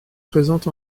présente